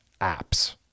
apps